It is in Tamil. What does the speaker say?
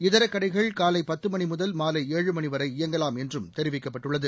இதர கடைகள் காலை பத்து மணி முதல் மாலை ஏழு மணி வரை இயங்கலாம் என்றும் தெரிவிக்கப்பட்டுள்ளது